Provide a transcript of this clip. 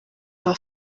aba